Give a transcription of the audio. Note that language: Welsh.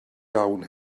iawn